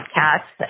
cats